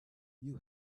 you